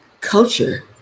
culture